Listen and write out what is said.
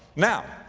now,